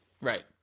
Right